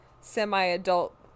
semi-adult